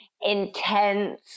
intense